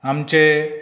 आमचें